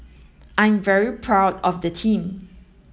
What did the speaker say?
I'm very proud of the team